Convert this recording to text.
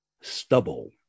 stubble